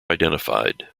identified